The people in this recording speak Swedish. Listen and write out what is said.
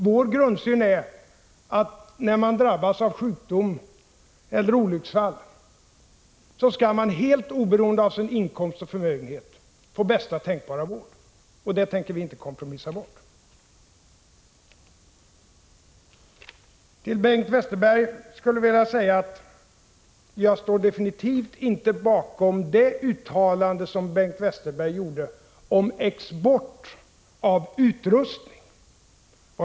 Vår grundsyn är att när man drabbas av sjukdom eller olycksfall skall man helt oberoende av sin inkomst och förmögenhet få bästa tänkbara vård, och det tänker vi inte kompromissa bort. Till Bengt Westerberg skulle jag vilja säga att jag definitivt inte ställer mig bakom det uttalande som Bengt Westerberg gjorde om export av utrustning.